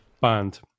band